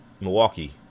milwaukee